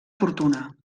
fortuna